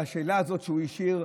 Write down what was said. את השאלה הזאת שהוא השאיר,